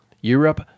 Europe